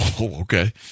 Okay